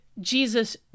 jesus